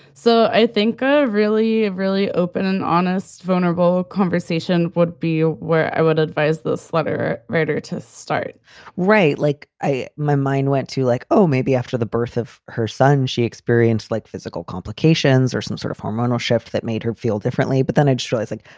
so i think ah really it really open an honest, vulnerable conversation would be where i would advise the letter writer to start right. like, i my mind went to like, oh, maybe after the birth of her son, she experienced, like, physical complications or some sort of hormonal shift that made her feel differently. but then i destroyed, like,